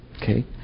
Okay